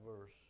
verse